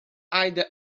either